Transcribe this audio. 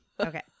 Okay